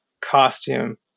costume